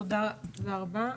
תודה רבה.